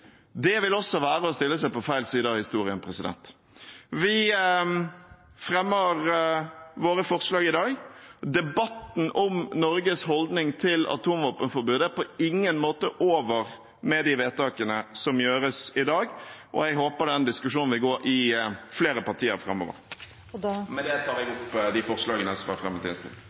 Det vil også være å stille seg på feil side av historien. Vi fremmer våre forslag i dag. Debatten om Norges holdning til atomvåpenforbudet er på ingen måte over med de vedtakene som gjøres i dag, og jeg håper denne diskusjonen vil gå i flere partier framover. Med det tar jeg opp de forslagene SV har fremmet i innstillingen. Representanten Audun Lysbakken har tatt opp de forslagene han refererte til.